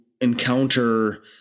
encounter